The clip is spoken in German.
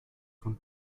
von